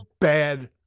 bad